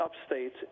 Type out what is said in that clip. upstate